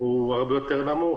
הרבה יותר נמוך,